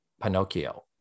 Pinocchio